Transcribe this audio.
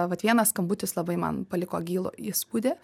vat vienas skambutis labai man paliko gilų įspūdį